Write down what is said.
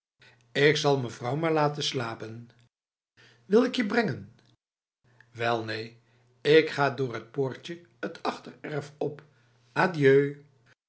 ik zal mevrouw maar laten slapen wil ik je brengen wel neen ik ga door het deurtje het achtererf opadieu